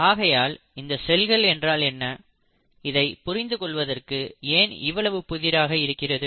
ஆகையால் இந்த செல்கள் என்றால் என்ன இதைப் புரிந்துகொள்வது ஏன் இவ்வளவு புதிராக இருக்கிறது